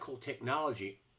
technology